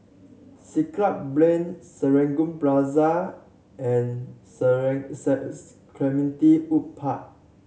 Siglap Plain Serangoon Plaza and Clementi Wood Park